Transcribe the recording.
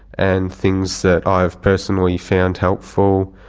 and things that i've personally found helpful.